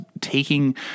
taking